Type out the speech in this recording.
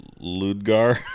Ludgar